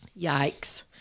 Yikes